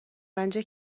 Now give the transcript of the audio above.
رنجه